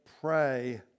pray